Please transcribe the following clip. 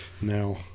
Now